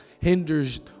hinders